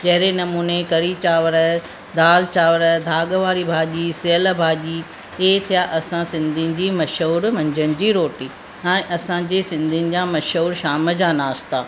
जहिड़े नमूने कढ़ी चांवर दालि चांवर धाग वारी भाॼी सेअल भाॼी हे थिया असां सिंधीयुनि जी मशहूरु मंझंदि जी रोटी हाणे असांजे सिंधीयुनि जा मशहूरु शाम जा नाश्ता